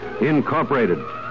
Incorporated